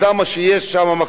כמה מחסומים יש שם.